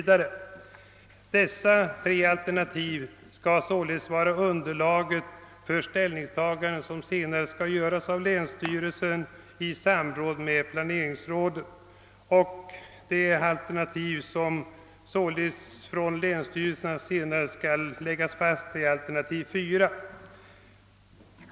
Dessa tre alternativ skall således vara underlaget för ställningstaganden som senare skall göras av länsstyrelsen i samråd med planeringsrådet. Det alternativ som länsstyrelserna senare skall fastställa är alternativ 4.